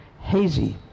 hazy